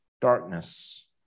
darkness